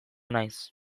naiz